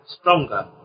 stronger